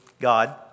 God